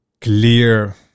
clear